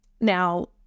now